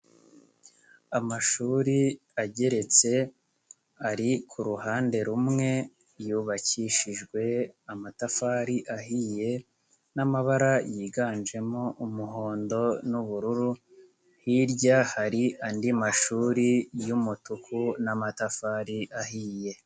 Amashuri ageretse ari ku ruhande rumwe yubakishijwe amatafari ahiye n'amabara yiganjemo umuhondo n'ubururu, hirya hari andi mashuri y'umutuku n'amatafari ahiye.